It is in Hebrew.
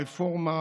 הרפורמה,